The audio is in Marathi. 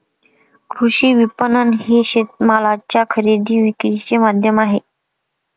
कृषी विपणन हे शेतमालाच्या खरेदी विक्रीचे माध्यम आहे